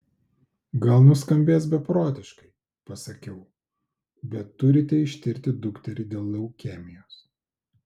gal nuskambės beprotiškai pasakiau bet turite ištirti dukterį dėl leukemijos